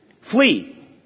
Flee